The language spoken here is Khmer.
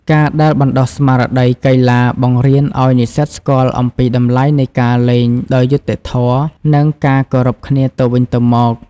ការដែលបណ្ដុះស្មារតីកីឡា បង្រៀនអោយនិស្សិតស្គាល់អំពីតម្លៃនៃការលេងដោយយុត្តិធម៌ និងការគោរពគ្នាទៅវិញទៅមក។